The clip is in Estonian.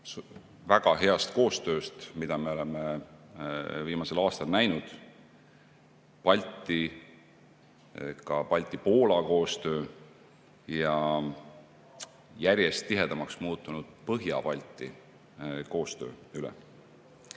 väga hea koostöö üle, mida me oleme viimasel aastal näinud – Balti, ka Balti-Poola koostöö ja järjest tihedamaks muutunud Põhja-Balti koostöö üle.